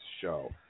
show